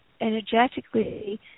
energetically